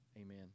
Amen